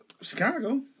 Chicago